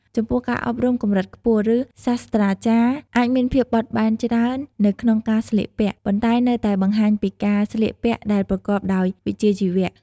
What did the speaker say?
ចំពោះការអប់រំកម្រិតខ្ពស់ ឬ សាស្ត្រាចារ្យអាចមានភាពបត់បែនច្រើននៅក្នុងការស្លៀកពាក់ ប៉ុន្តែនៅតែបង្ហាញពីការស្លៀកពាក់ដែលប្រកបដោយវិជ្ជាជីវៈ។